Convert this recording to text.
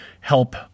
help